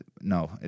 No